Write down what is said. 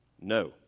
No